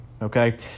Okay